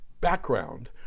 background